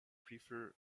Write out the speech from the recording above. prefer